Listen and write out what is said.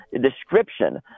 description